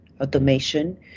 automation